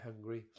hungry